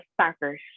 soccer